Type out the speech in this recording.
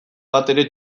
batere